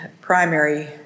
primary